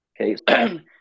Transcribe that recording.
Okay